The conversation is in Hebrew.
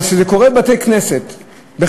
אבל כשזה קורה בבתי-כנסת בחבל-לכיש,